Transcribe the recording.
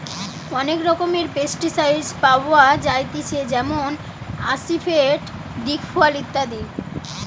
অনেক রকমের পেস্টিসাইড পাওয়া যায়তিছে যেমন আসিফেট, দিকফল ইত্যাদি